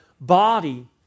body